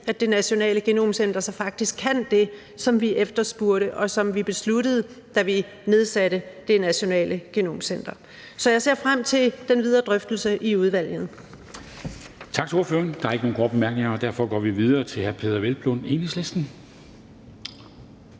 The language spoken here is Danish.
at det nationale genomcenter så faktisk kan det, som vi efterspurgte, og som vi besluttede, da vi nedsatte det nationale genomcenter. Så jeg ser frem til den videre drøftelse i udvalget.